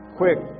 quick